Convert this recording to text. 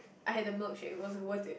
I had the milkshake it wasn't worth it